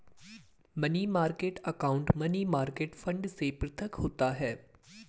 money market account money market fund से पृथक होता है